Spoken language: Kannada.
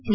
ಟಿ